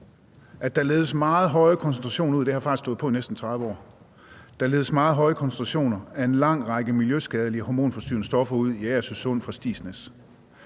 at der ledes meget høje koncentrationer af en lang række miljøskadelige og hormonforstyrrende stoffer ud i Agersø Sund fra Stigsnæs,